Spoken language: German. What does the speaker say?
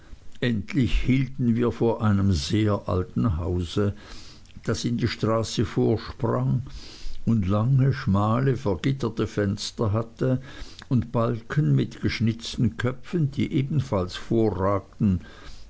endlich hielten wir vor einem sehr alten hause das in die straße vorsprang und lange schmale vergitterte fenster hatte und balken mit geschnitzten köpfen die ebenfalls vorragten